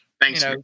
Thanks